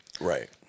Right